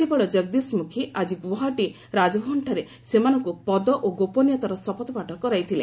ରାଜ୍ୟପାଳ ଜଗଦୀଶ ମୁଖି ଆଜି ଗୁଆହାଟୀ ରାଜଭବନଠାରେ ସେମାନଙ୍କୁ ପଦ ଓ ଗୋପନୀୟତାର ଶପଥ ପାଠ କରାଇଥିଲେ